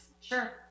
Sure